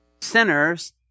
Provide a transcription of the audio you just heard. Sinners